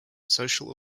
social